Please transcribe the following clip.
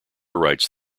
writes